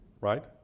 right